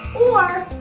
or